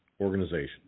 organization